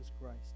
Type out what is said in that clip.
Christ